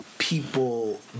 people